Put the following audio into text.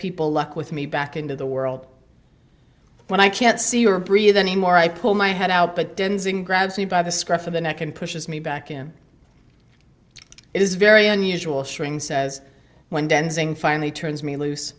people luck with me back into the world when i can't see or breathe anymore i pull my head out but then zing grabs me by the scruff of the neck and pushes me back in it is very unusual showing says when dancing finally turns me loose